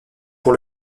pour